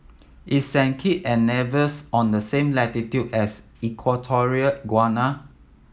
is Saint Kit and Nevis on the same latitude as Equatorial Guinea